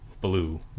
blue